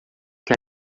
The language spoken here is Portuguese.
que